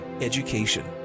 education